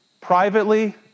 Privately